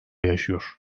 yaşıyor